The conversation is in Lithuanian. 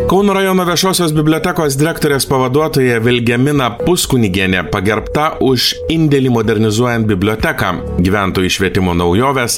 kauno rajono viešosios bibliotekos direktorės pavaduotoja vilgemina puskunigienė pagerbta už indėlį modernizuojant biblioteką gyventojų švietimo naujoves